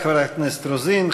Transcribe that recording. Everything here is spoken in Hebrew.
תודה לחברת הכנסת רוזין.